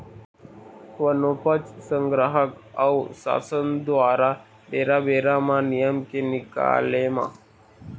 बनोपज संग्राहक अऊ सासन दुवारा बेरा बेरा म नियम के निकाले म